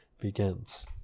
begins